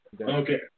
Okay